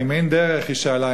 היא שאלה,